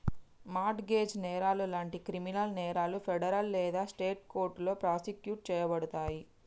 mart gauge నేరాలు లాంటి criminal నేరాలు ఫెడరల్ లేదా స్టేట్ కోర్టులో ప్రాసిక్యూట్ చేయబడతయి